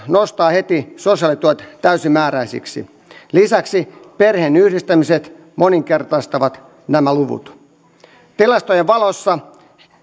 nostaa heti sosiaalituet täysimääräisiksi lisäksi perheenyhdistämiset moninkertaistavat nämä luvut tilastojen valossa